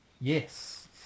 Yes